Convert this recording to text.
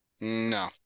No